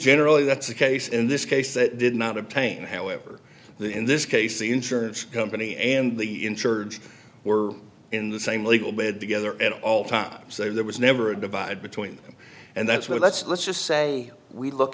generally that's the case in this case it did not obtain however the in this case the insurance company and the insured were in the same legal bed together at all times there was never a divide between them and that's where let's let's just say we look